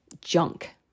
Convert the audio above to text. junk